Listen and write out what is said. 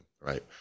right